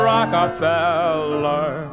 Rockefeller